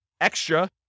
extra